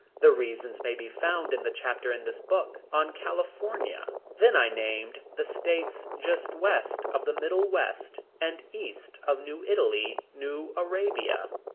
the reasons may be found in the chapter in this book on california. then i named the states just west of the middle west, and east of new italy, new arabia.